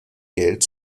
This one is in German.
geld